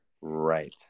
Right